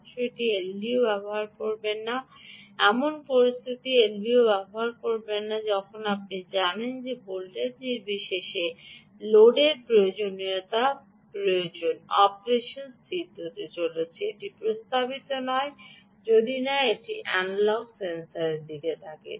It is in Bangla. বাক্স একটি এলডিও ব্যবহার করবেন না এমন পরিস্থিতিতে এলডিও ব্যবহার করবেন না যখন আপনি জানেন যে ভোল্টেজ নির্বিশেষে লোডের প্রয়োজনীয়তা প্রয়োজন অপারেশনটি স্থির হতে চলেছে এটি প্রস্তাবিত নয় যদি না এটি অ্যানালগ সেন্সর ঠিক থাকে